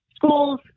schools